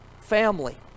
family